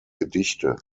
gedichte